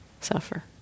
suffer